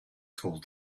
told